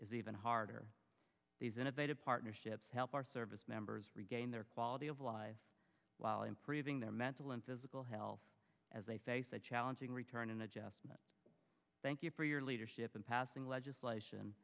is even harder these innovative partnerships help our servicemembers regain their quality of life while improving their mental and physical health as they face a challenging return in adjustment thank you for your leadership and passing legislation